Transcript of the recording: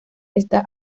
está